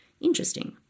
Interesting